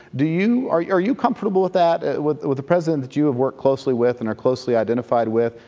do you are are you comfortable with that, with with the president that you have worked closely with and are closely identified with,